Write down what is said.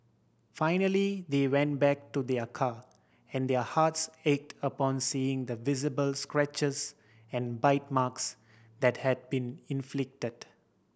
finally they went back to their car and their hearts ached upon seeing the visible scratches and bite marks that had been inflicted